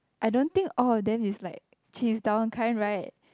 I don't think all of them is like kiss down kind [right]